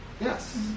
Yes